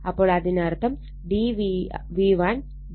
അപ്പോൾ അതിനർത്ഥം dVLd ω ഇത്